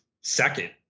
second